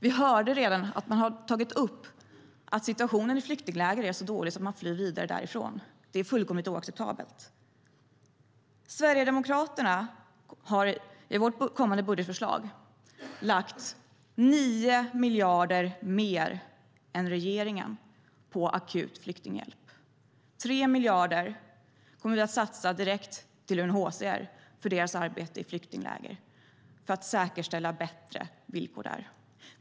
Vi har redan hört att man tagit upp att situationen i flyktingläger är så dålig att man flyr vidare därifrån. Det är fullkomligt oacceptabelt. Vi i Sverigedemokraterna har i vårt kommande budgetförslag lagt 9 miljarder mer än regeringen på akut flyktinghjälp. 3 miljarder kommer vi att satsa direkt till UNHCR för deras arbete i flyktingläger för att säkerställa bättre villkor där.